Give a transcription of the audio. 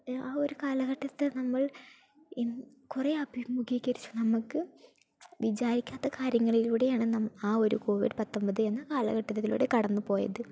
ആ ഒരു കാലഘട്ടത്ത് നമ്മൾ ഇന്ന് കുറേ അഭിമുഖീകരിച്ചു നമുക്ക് വിചാരിക്കാത്ത കാര്യങ്ങളിലൂടെയാണ് ആ ഒരു കോവിഡ് പത്തൊമ്പത് എന്ന കാലഘട്ടത്തിലൂടെ കടന്നുപോയത്